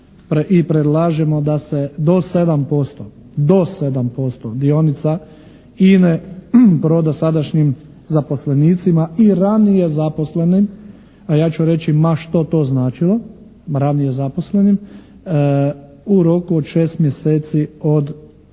i predlažemo da se do 7% dionica INA-e proda sadašnjim zaposlenicima i ranije zaposlenim, a ja ću reći ma što to značilo ranije zaposlenim, u roku od 6 mjeseci od